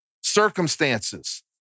circumstances